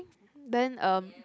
then um